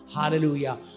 Hallelujah